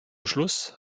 schluss